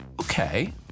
Okay